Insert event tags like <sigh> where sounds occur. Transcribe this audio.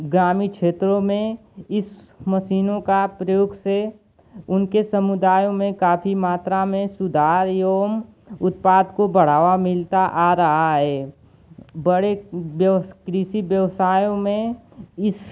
ग्रामीण क्षेत्रों में इन मशीनों के प्रयोग से उनके समुदायों में काफ़ी मात्रा में सुधार एवं उत्पाद को बढ़ावा मिलता आ रहा है बड़े <unintelligible> कृषि व्यवसायों में इस